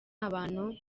abantu